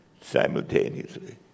simultaneously